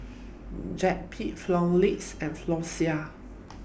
Zappy Panaflex and Floxia